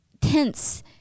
tense